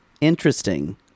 Interesting